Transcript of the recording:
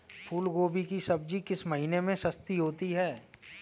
फूल गोभी की सब्जी किस महीने में सस्ती होती है?